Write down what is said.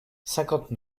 cinquante